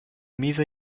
mida